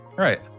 right